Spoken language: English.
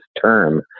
term